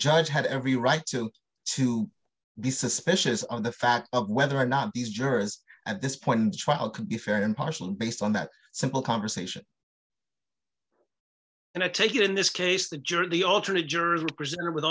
judge had every right to to be suspicious of the fact of whether or not these jurors at this point in the trial can be fair impartial based on that simple conversation and i take it in this case the juror the alternate jurors were presented with